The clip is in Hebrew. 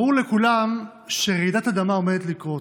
ברור לכולם שרעידת אדמה עומדת לקרות,